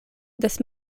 des